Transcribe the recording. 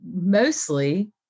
mostly